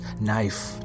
knife